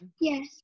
Yes